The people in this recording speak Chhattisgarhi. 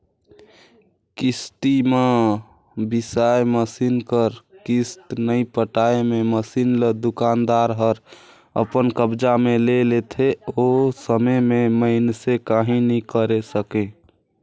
किस्ती म बिसाए मसीन कर किस्त नइ पटाए मे मसीन ल दुकानदार हर अपन कब्जा मे ले लेथे ओ समे में मइनसे काहीं नी करे सकें